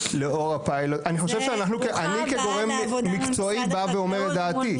אני כגורם מקצועי בא ואומר את דעתי.